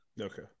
Okay